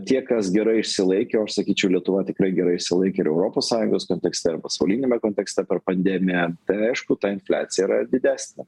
tie kas gerai išsilaikė o aš sakyčiau lietuva tikrai gerai išsilaikė ir europos sąjungos kontekste ir pasauliniame kontekste per pandemiją tai aišku ta infliacija yra didesnė